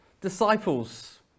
Disciples